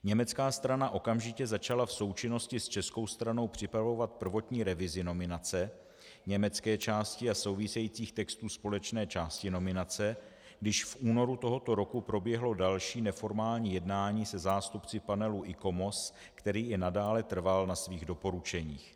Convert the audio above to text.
Německá strana okamžitě začala v součinnosti s českou stranou připravovat prvotní revizi nominace německé části a souvisejících textů společné části nominace, když v únoru tohoto roku proběhlo další neformální jednání se zástupci panelu ICOMOS, který i nadále trval na svých doporučeních.